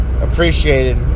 appreciated